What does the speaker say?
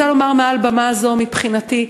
אני רוצה לומר מעל במה זו: מבחינתי,